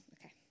Okay